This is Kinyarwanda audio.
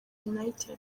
united